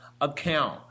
account